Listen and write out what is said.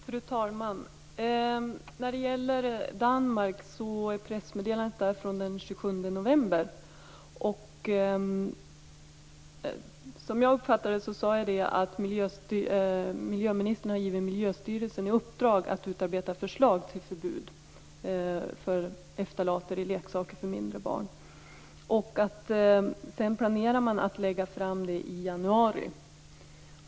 Fru talman! När det gäller det danska pressmeddelandet från den 27 november uppfattade jag det så att miljöministern har givit Miljöstyrelsen i uppdrag att utarbeta ett förslag till förbud mot ftalater i leksaker för mindre barn. Sedan planerar man att lägga fram förslaget i januari.